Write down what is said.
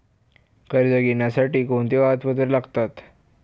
कर्ज घेण्यासाठी कोणती कागदपत्रे लागतात?